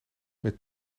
met